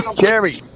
Jerry